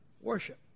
worship